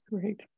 Great